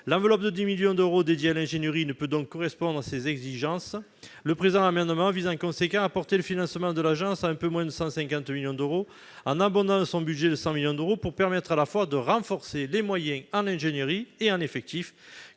l'enveloppe de 10 millions d'euros dédiée à l'ingénierie ne peut donc correspondre à ses exigences, le présent amendement vise inconséquent à apporter le financement de l'agence, un peu moins de 150 millions d'euros en abandonnant son budget de 100 millions d'euros pour permettre à la fois de renforcer les moyens en ingénierie et un effectif